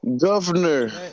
Governor